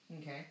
Okay